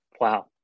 Wow